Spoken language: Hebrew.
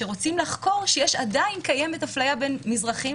שרוצים לחקור ההפליה שעדיין קיימת בין מזרחיים